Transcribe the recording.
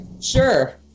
Sure